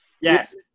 Yes